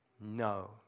No